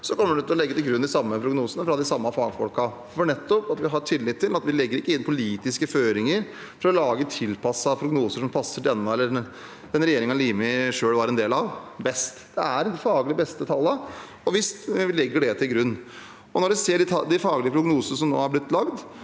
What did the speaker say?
kommer de til å legge til grunn de samme prognosene fra de samme fagfolkene, nettopp fordi vi har tillit til at vi ikke legger inn politiske føringer for å lage tilpassede prognoser som passer denne regjeringen eller den regjeringen Limis parti selv var en del av, best. Det er de faglig beste tallene, og vi legger det til grunn. Når vi ser de faglige prognosene som nå har blitt lagd